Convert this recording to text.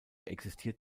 existiert